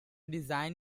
design